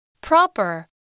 Proper